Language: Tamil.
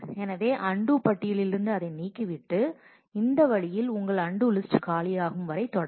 எனவே அன்டூ பட்டியலிலிருந்து அதை நீக்கிவிட்டு இந்த வழியில் உங்கள் அன்டூ லிஸ்ட் காலியாகும் வரை தொடரும்